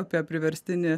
apie priverstinį